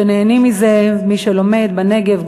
ונהנה מזה מי שלומד בנגב,